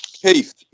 Keith